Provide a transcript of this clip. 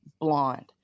blonde